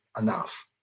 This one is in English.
enough